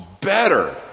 better